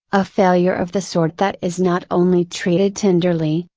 a failure of the sort that is not only treated tenderly,